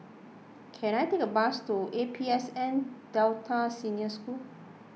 can I take a bus to A P S N Delta Senior School